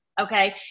Okay